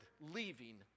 leaving